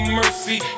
mercy